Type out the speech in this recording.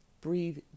Breathe